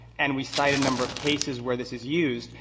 and we cite a number of cases where this is used,